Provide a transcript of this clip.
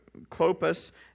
Clopas